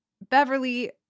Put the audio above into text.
Beverly